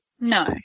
No